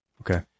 Okay